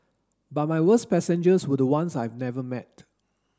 but my worst passengers were the ones I never met